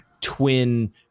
twin